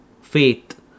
faith